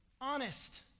honest